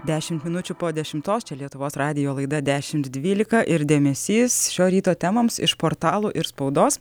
dešimt minučių po dešimtos čia lietuvos radijo laida dešimt dvylika ir dėmesys šio ryto temoms iš portalų ir spaudos